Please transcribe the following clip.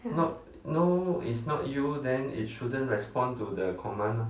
ya